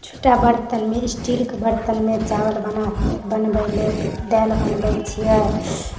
छोटा बरतनमे स्टीलके बरतनमे चावल बनाते बनबैलए दालि बनबै छिए